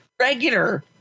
regular